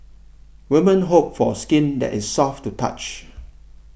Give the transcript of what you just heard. women hope for a skin that is soft to the touch